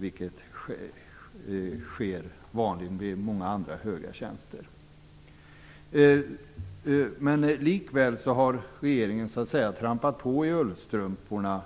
Det sker vanligtvis vid tillsättandet av många andra höga tjänster. Regeringen har ändå trampat på i ullstrumporna.